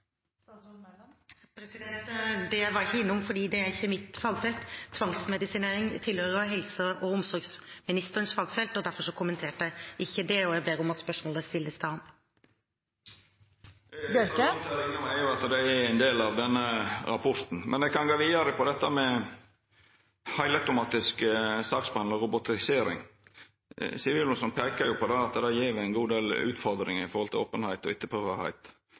Det var jeg ikke innom fordi det ikke er mitt fagfelt. Tvangsmedisinering tilhører helse- og omsorgsministerens fagfelt. Derfor kommenterte jeg ikke det, og jeg ber om at spørsmålet stilles til ham. Litt av grunnen til at eg var innom det, er at det er ein del av denne rapporten. Men eg kan gå vidare til dette med heilautomatisk saksbehandling og robotisering. Sivilombodsmannen peikar på at det gjev ein god del utfordringar med tanke på openheit og